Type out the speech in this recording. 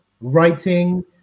writing